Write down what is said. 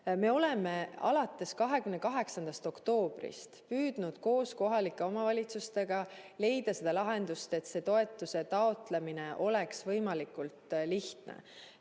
Me oleme alates 28. oktoobrist püüdnud koos kohalike omavalitsustega leida lahendust, et toetuse taotlemine oleks võimalikult lihtne.